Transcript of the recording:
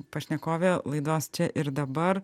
pašnekovė laidos čia ir dabar